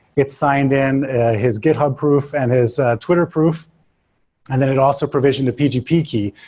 it's signed in his github proof and his twitter proof and then it also provisioned the pgp key,